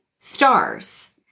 stars